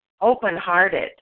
open-hearted